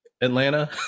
Atlanta